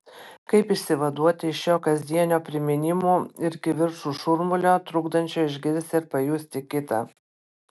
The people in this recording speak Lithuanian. kaip išsivaduoti iš šio kasdienio priminimų ir kivirčų šurmulio trukdančio išgirti ir pajusti kitą